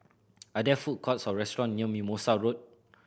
are there food courts or restaurant near Mimosa Road